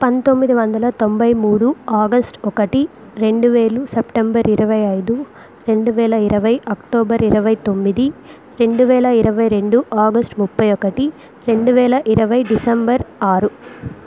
పంతొమ్మిది వందల తొంభై మూడు ఆగస్ట్ ఒకటి రెండు వేల సెప్టెంబర్ ఇరవై ఐదు రెండు వేల ఇరవై అక్టోబర్ ఇరవై తొమ్మిది రెండు వేల ఇరవై రెండు ఆగస్ట్ ముప్పై ఒకటి రెండు వేల ఇరవై డిసెంబర్ ఆరు